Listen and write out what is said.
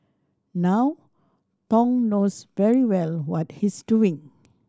now Thong knows very well what he's doing